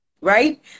right